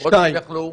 שתיים.